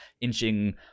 inching